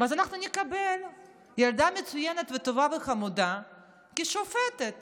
ואז אנחנו נקבל ילדה מצוינת וטובה וחמודה כשופטת